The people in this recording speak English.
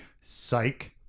psych